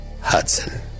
Hudson